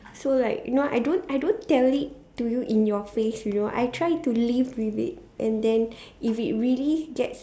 so like you know I don't I don't tell it to you in your face you know I try to live with it and then if it really gets